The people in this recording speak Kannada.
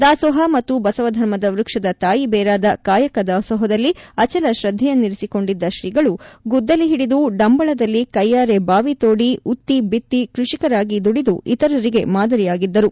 ದಾಸೋಹ ಮತ್ತು ಬಸವಧರ್ಮದ ವ್ಯಕ್ಷದ ತಾಯಿಬೇರಾದ ಕಾಯಕ ದಾಸೋಹದಲ್ಲಿ ಅಚಲ ತ್ರದೈಯಿನ್ನಿರಿಸಿಕೊಂಡಿದ್ದ ತ್ರೀಗಳು ಗುದ್ದಲಿ ಹಿಡಿದು ಡಂಬಳದಲ್ಲಿ ಕೈಯಾರೆ ಬಾವಿ ತೋಡಿ ಉತ್ತಿ ಬಿತ್ತಿ ಕೃಷಿಕರಾಗಿ ದುಡಿದು ಇತರಿಗೆ ಮಾದರಿಯಾಗಿದ್ದರು